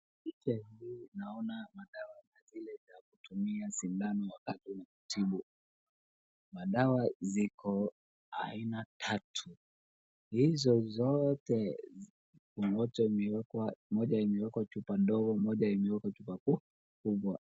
Picha hii naona madawa ni zile za kutumia sindano wakati wa kutibu. Madawa ziko aina tatu, hizo zote moja imewekwa chupa ndogo, moja imewekwa chupa kubwa.